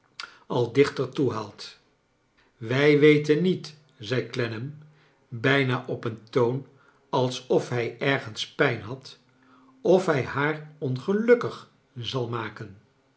al dichter toehaalt wij weten niet zei clennam bijna op een toon alsof hij ergens pijn had of hij haar ongelukkig zal maken